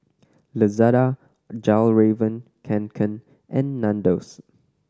Lazada Fjallraven Kanken and Nandos